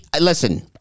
listen